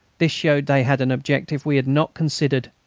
this showed they had an objective we had not considered,